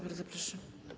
Bardzo proszę.